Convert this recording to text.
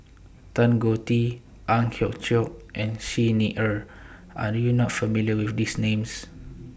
Tan Choh Tee Ang Hiong Chiok and Xi Ni Er Are YOU not familiar with These Names